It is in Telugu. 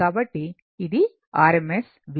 కాబట్టి ఇది rms విలువ